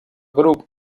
grup